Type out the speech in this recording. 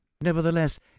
Nevertheless